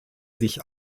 sich